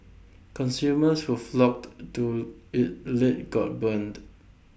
consumers who flocked to IT late got burned